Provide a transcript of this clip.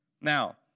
Now